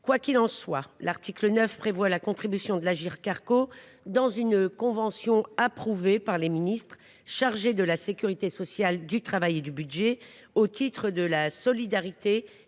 Quoi qu’il en soit, l’article 9 prévoit la contribution de l’Agirc Arrco, dans une convention approuvée par les ministres chargés de la sécurité sociale, du travail et du budget, au titre de la solidarité